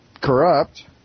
corrupt